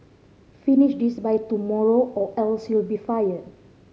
finish this by tomorrow or else you'll be fired